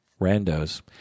randos